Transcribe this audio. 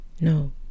No